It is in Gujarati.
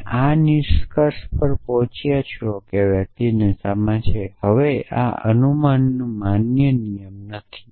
તમે આ નિષ્કર્ષ પર પહોંચ્યા છો કે વ્યક્તિ નશામાં છે હવે આ અનુમાનનો માન્ય નિયમ નથી